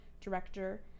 director